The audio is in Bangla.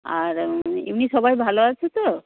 আর এমনি সবাই ভালো আছে তো